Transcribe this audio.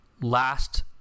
last